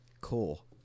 Cool